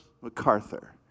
MacArthur